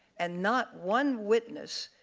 and not one witness